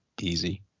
easy